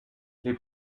les